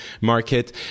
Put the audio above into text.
market